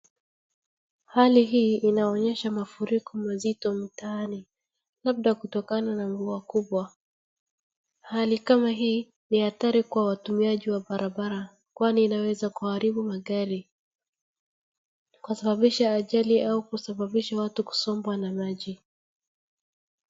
Hali hii inaonyesha mafuriko mazito mtaani labda kutokana na mvua kubwa. Hali kama hii ni hatari kwa watumiaji wa barabara kwani inaweza kuharibu magari, kusababisha ajali au kusababisha watu kusombwa na maji.